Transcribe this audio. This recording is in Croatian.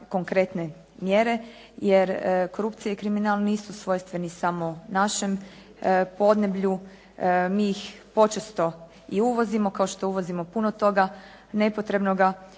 konkretne mjere jer korupcija i kriminal nisu svojstveni samo našem podneblju. Mi ih počesto i uvozimo kao što uvozimo puno toga nepotrebnoga,